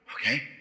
okay